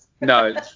No